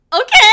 Okay